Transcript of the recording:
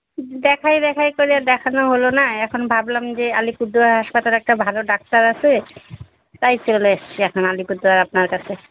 দেখাই দেখাই করে আর দেখানো হলো না এখন ভাবলাম যে আলিপুরদুয়ার হাসপাতালে একটা ভালো ডাক্তার আছে তাই চলে এসছি এখন আলিপুরদুয়ার আপনার কাছে